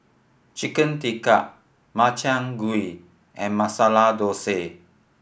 Chicken Tikka Makchang Gui and Masala Dosa